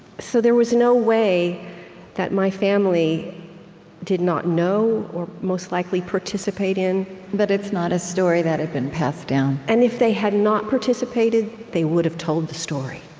so there was no way that my family did not know or, most likely, participate in but it's not a story that had been passed down and if they had not participated, they would've told the story